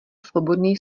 svobodný